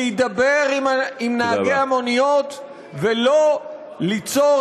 להידבר עם נהגי המוניות ולא ליצור